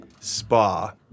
spa